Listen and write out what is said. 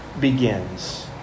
begins